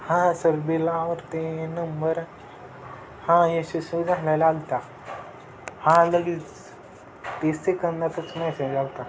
हां सर बिलावर ते नंबर हां यशस्वी झालेला आला होता हा लगेच तीस सेकंदातच मेसेज आला होता